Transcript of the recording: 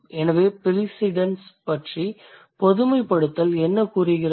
எனவே ப்ரிசிடென்ஸ் பற்றி பொதுமைப்படுத்தல் என்ன கூறுகிறது